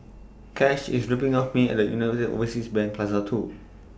Kash IS dropping off Me At United Overseas Bank Plaza two